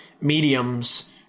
mediums